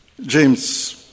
James